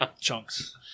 chunks